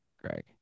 Greg